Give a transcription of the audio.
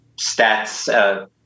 stats